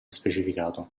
specificato